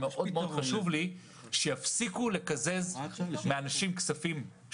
חשוב לי מאוד שיפסיקו לקזז מאנשים כספים,